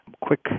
quick